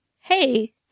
Hey